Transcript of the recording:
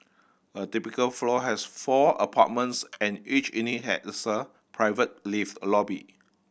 a typical floor has four apartments and each unit had a sir private lift lobby